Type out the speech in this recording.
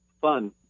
fun